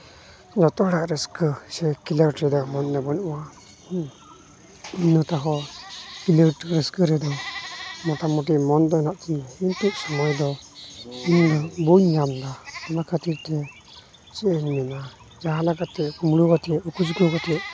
ᱡᱚᱛᱚ ᱦᱚᱲᱟᱜ ᱨᱟᱹᱥᱠᱟᱹ ᱥᱮ ᱠᱷᱮᱞᱳᱰ ᱨᱮᱱᱟᱜ ᱢᱚᱱᱮ ᱵᱟᱹᱱᱩᱜᱼᱟ ᱦᱩᱸ ᱚᱱᱟᱛᱮᱦᱚᱸ ᱨᱟᱹᱥᱠᱟᱹ ᱨᱮᱫᱚ ᱢᱚᱴᱟᱢᱩᱴᱤ ᱢᱚᱱ ᱫᱚ ᱢᱮᱱᱟᱜ ᱛᱤᱧᱟᱹ ᱠᱤᱱᱛᱩ ᱥᱚᱢᱚᱭ ᱫᱚ ᱵᱟᱹᱧ ᱧᱟᱢᱼᱫᱟ ᱚᱱᱟ ᱠᱷᱟᱹᱛᱤᱨ ᱛᱮ ᱪᱮᱫ ᱤᱧ ᱢᱮᱱᱟ ᱡᱟᱦᱟᱸᱞᱮᱠᱟᱛᱮ ᱩᱠᱩ ᱪᱩᱠᱩ ᱠᱟᱛᱮᱫ